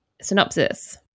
synopsis